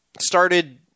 Started